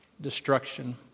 destruction